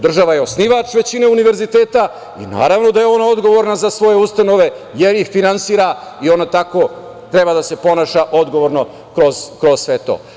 Država je osnivač većine univerziteta i naravno da je ona odgovorna za svoje ustanove, jer ih finansira i ona tako treba da se ponaša odgovorno kroz sve to.